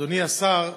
אדוני השר,